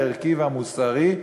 הערכי והמוסרי,